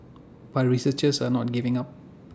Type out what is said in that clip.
but researchers are not giving up